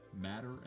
matter